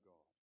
God